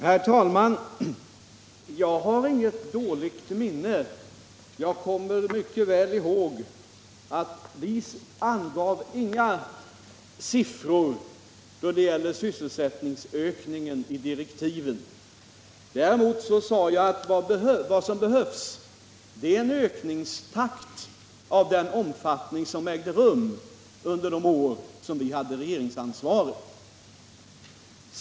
Herr talman! Jag har inget dåligt minne. Jag kommer mycket väl ihåg att vi inte i direktiven angav några siffror när det gällde sysselsättningsökningen. Däremot sade jag att vad som behövs är en ökningstakt av samma omfattning som under de år då vi hade regeringsansvaret.